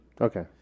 Okay